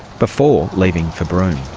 before leaving for broome.